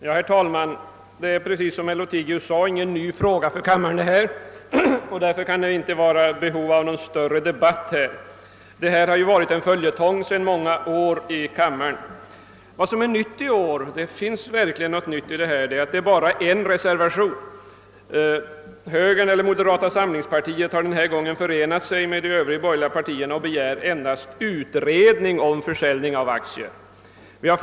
Herr talman! Detta är, som herr Lothigius sade, ingen ny fråga för kammaren. Det kan därför inte finnas behov av någon större debatt om den. Detta har ju i många år varit en följetong i kammaren. Vad som är nytt i år — det finns verkligen något nytt i år — är att det bara förekommer en reservation. Moderata samlingspartiet har denna gång förenat sig med övriga borgerliga partier och begär endast utredning om försäljning av statliga aktier.